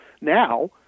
Now